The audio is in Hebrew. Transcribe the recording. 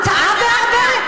הוא טעה בהרבה?